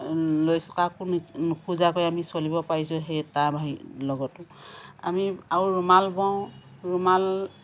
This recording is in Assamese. লৈছোঁ কাকো নুখোজাকৈ আমি চলিব পাৰিছোঁ সেই তাৰ লগতো আমি আৰু ৰুমাল বওঁ ৰুমাল